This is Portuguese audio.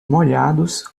molhados